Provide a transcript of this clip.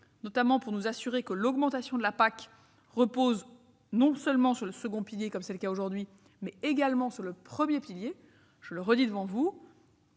en particulier nous assurer que l'augmentation de la PAC repose non seulement sur le second pilier, comme c'est le cas aujourd'hui, mais également sur le premier. Je le redis devant vous